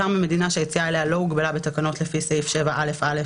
ממדינה שהיציאה אליה לא הוגבלה בתקנות לפי סעיף 7א(א)